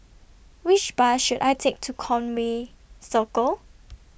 Which Bus should I Take to Conway Circle